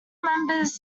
members